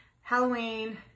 Halloween